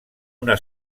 una